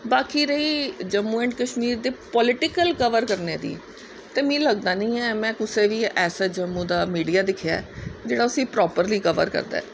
बाकी रेही जम्मू एंड कश्मीर दी पोलिटिक्ल कबर करने दी ते मिगी लगदा नीं ऐं में कुसे दी जम्मू दा मिडिया दिक्खेआ ऐ जेह्ड़ा उसी प्रोपरली कबर करदा ऐ